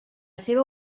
seva